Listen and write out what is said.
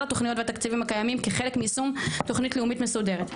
התוכניות והתקציבים הקיימים כחלק מיישום תוכנית לאומית מסודרת.